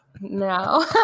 No